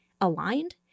aligned